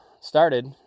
started